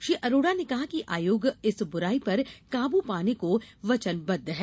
श्री अरोड़ा ने कहा कि आयोग इस बुराई पर काबू पाने को वचनबद्द है